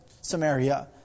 Samaria